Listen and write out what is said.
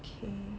okay